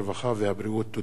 הרווחה והבריאות.